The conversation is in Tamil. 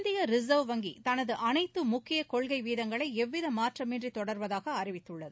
இந்திய ரிசர்வ் வங்கி தனது அனைத்து முக்கிய கொள்கை வீதங்களை எவ்வித மாற்றமின்றி தொடர்வதாக அறிவித்தது